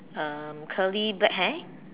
um curly black hair